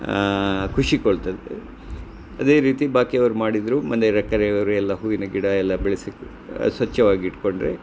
ಖುಷಿಗೊಳ್ತದೆ ಅದೇ ರೀತಿ ಬಾಕಿಯವರು ಮಾಡಿದರು ಮನೆ ನೆರೆಕೆರೆಯವ್ರು ಎಲ್ಲ ಹೂವಿನ ಗಿಡ ಎಲ್ಲ ಬೆಳೆಸಿ ಸ್ವಚ್ಛವಾಗಿ ಇಟ್ಕೊಂಡ್ರೆ